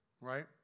right